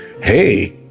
hey